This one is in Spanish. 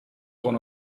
con